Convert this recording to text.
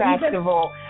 Festival